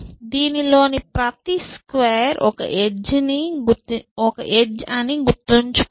దీనిలోని ప్రతి స్క్వేర్ఒక ఎడ్జ్ అని గుర్తుంచుకోండి